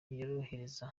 yorohereza